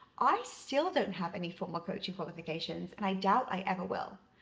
i still don't have any formal coaching qualifications and i doubt i ever will.